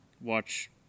watch